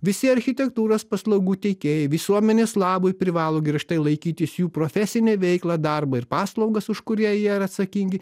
visi architektūros paslaugų teikėjai visuomenės labui privalo griežtai laikytis jų profesinę veiklą darbą ir paslaugas už kurią jie yra atsakingi